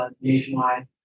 nationwide